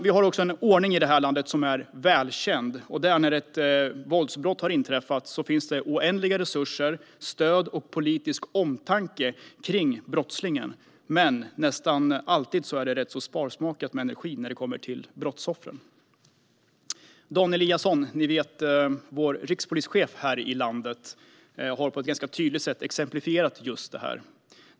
Det finns en välkänd ordning i det här landet, nämligen att när ett våldsbrott har inträffat finns oändliga resurser, stöd och politisk omtanke om brottslingen, men nästan alltid är det rätt sparsmakat med energi för brottsoffren. Dan Eliasson, ni vet, vår rikspolischef i landet, har på ett tydligt sätt exemplifierat just detta.